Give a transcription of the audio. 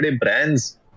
brands